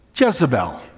Jezebel